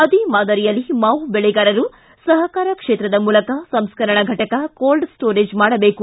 ಅದೇ ಮಾದರಿಯಲ್ಲಿ ಮಾವು ಬೆಳೆಗಾರರು ಸಹಕಾರ ಕ್ಷೇತ್ರದ ಮೂಲಕ ಸಂಸ್ಕರಣಾ ಫಟಕ ಕೋಲ್ಡ್ ಸ್ಟೋರೇಜ್ ಮಾಡಬೇಕು